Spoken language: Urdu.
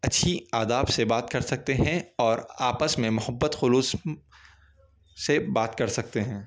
اچھی آداب سے بات کر سکتے ہیں اور آپس میں محبت خلوص سے بات کر سکتے ہیں